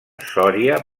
sòria